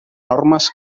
normes